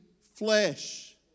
flesh